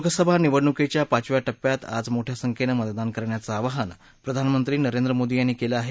लोकसभा निवडणुकीच्या पाचव्या टप्प्यात आज मोठ्या संख्येनं मतदान करण्याचं आवाहन प्रधानमंत्री नरेंद्र मोदी यांनी केलं आहे